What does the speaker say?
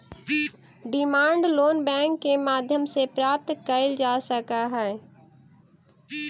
demand loan bank के माध्यम से प्राप्त कैल जा सकऽ हइ